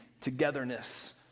togetherness